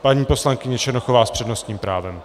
Paní poslankyně Černochová s přednostním právem.